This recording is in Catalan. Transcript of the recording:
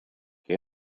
què